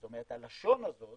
זאת אומרת הלשון הזאת